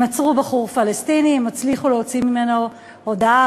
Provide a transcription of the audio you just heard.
הם עצרו בחור פלסטיני, הצליחו להוציא ממנו הודאה.